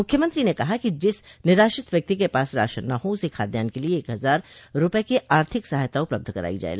मुख्यमंत्री ने कहा कि जिस निराश्रित व्यक्ति के पास राशन न हो उसे खादयान के लिये एक हजार रूपये की आर्थिक सहायता उपलब्ध कराई जाये